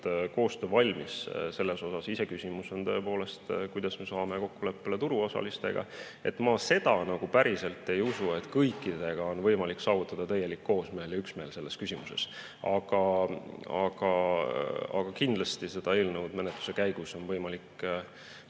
koostöövalmis selles osas. Iseküsimus on tõepoolest, kuidas me saame kokkuleppele turuosalistega. Ma seda nagu päriselt ei usu, et kõikidega on võimalik saavutada täielik üksmeel selles küsimuses. Aga kindlasti on eelnõu menetluse käigus võimalik